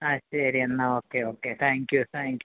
ആ ശരിയെന്നാൽ okay okay thank you thank you